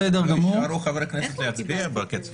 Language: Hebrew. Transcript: לא יישארו חברי כנסת להצביע בקצב הזה.